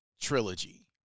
trilogy